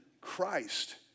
Christ